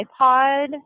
iPod